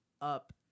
up